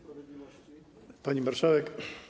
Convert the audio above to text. Pani Marszałek!